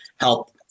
help